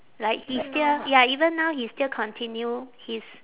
like he still ya even now he still continue his